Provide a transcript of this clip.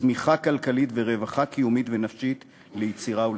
צמיחה כלכלית ורווחה קיומית ונפשית ליצירה ולשמחה.